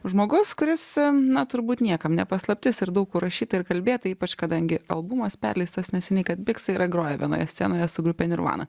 žmogus kuris na turbūt niekam ne paslaptis ir daug kur rašyta ir kalbėta ypač kadangi albumas perleistas neseniai kad biksai yra groję vienoje scenoje su grupe nirvana